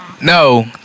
No